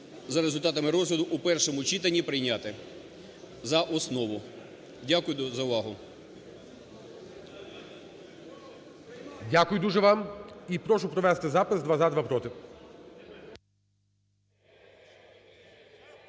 за результатами розгляду в першому читанні прийняти за основу. Дякую за увагу. ГОЛОВУЮЧИЙ. Дякую дуже вам. І прошу провести запис: два – за, два – проти.